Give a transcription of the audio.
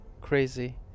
crazy